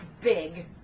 big